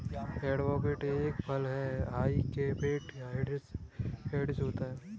avocado एक फल हैं हाई फैटी एसिड होता है